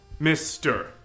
Mr